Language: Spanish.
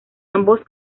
ambos